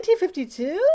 1952